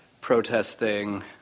protesting